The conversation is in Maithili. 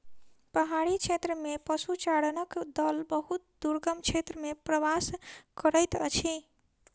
पहाड़ी क्षेत्र में पशुचारणक दल बहुत दुर्गम क्षेत्र में प्रवास करैत अछि